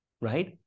right